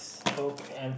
okay